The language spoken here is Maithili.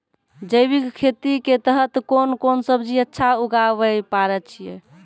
जैविक खेती के तहत कोंन कोंन सब्जी अच्छा उगावय पारे छिय?